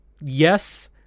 yes